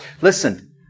listen